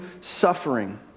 suffering